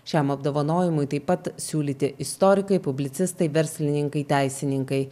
šiam apdovanojimui taip pat siūlyti istorikai publicistai verslininkai teisininkai